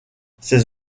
ces